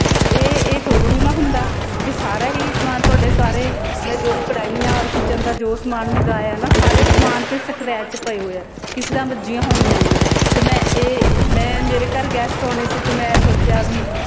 ਇਹ ਇਹ ਥੋੜ੍ਹੀ ਨਾ ਹੁੰਦਾ ਵੀ ਸਾਰਾ ਹੀ ਸਮਾਨ ਤੁਹਾਡੇ ਸਾਰੇ ਮੈਂ ਜੋ ਕੜਾਹੀਆਂ ਔਰ ਕਿਚਨ ਦਾ ਜੋ ਸਮਾਨ ਮੰਗਵਾਇਆ ਨਾ ਸਾਰੇ ਸਮਾਨ 'ਤੇ ਸਕਰੈਚ ਪਏ ਹੋਏ ਆ ਵੱਜੀਆਂ ਹੋਈਆਂ ਆ ਅਤੇ ਮੈਂ ਇਹ ਮੈਂ ਮੇਰੇ ਘਰ ਗੈਸਟ ਆਉਣੇ ਸੀ ਅਤੇ ਮੈਂ ਸੋਚਿਆ ਵੀ